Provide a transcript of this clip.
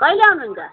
कहिले आउनुहुन्छ